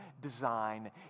design